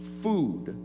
food